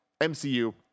MCU